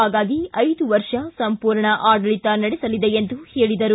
ಹಾಗಾಗಿ ಐದು ವರ್ಷ ಸಂಪೂರ್ಣ ಆಡಳಿತ ನಡೆಬಲಿದೆ ಎಂದು ಹೇಳಿದರು